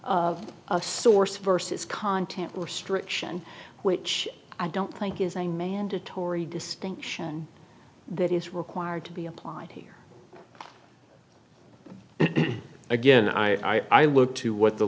a source versus content or structure and which i don't think is a mandatory distinction that is required to be applied here again i i look to what the